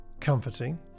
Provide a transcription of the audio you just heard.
comforting